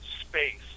space